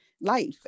life